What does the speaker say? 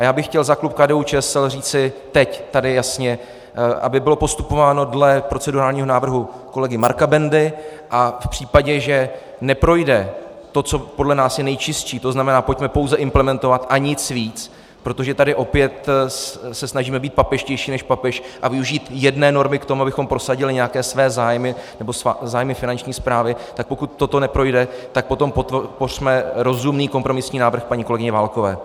Já bych chtěl za klub KDUČSL říci teď tady jasně, aby bylo postupováno dle procedurálního návrhu kolegy Marka Bendy, a v případě, že neprojde to, co podle nás je nejčistší, tzn. pojďme pouze implementovat a nic víc, protože tady se opět snažíme být papežštější než papež a využít jedné normy k tomu, abychom prosadili nějaké své zájmy nebo zájmy Finanční správy, tak pokud toto neprojde, tak potom podpořme rozumný kompromisní návrh paní kolegyně Válkové.